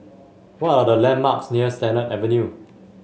what are the landmarks near Sennett Avenue